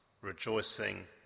rejoicing